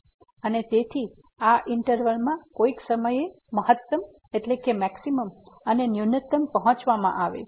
અને તેથી આ ઈંટરવલમાં કોઈક સમયે મહત્તમ અને ન્યૂનતમ પહોંચવામાં આવશે